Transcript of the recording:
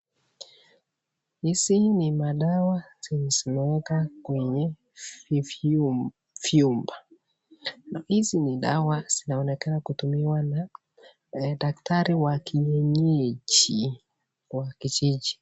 Hizi ni madawa zenye zimewekwa kwenye vyumba, hizi ni dawa zinaonekana kutumiwa na daktari wa kienyeji wa kijiji.